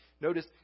Notice